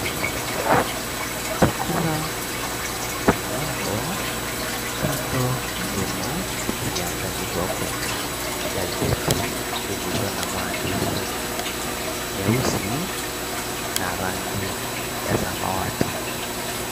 Chakula cha mhogo kando ndimu kimeandaliwa kwenye gazeti lililo na maandishi meusi na rangi ya samawati.